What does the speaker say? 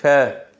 छह